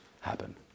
happen